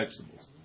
vegetables